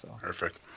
Perfect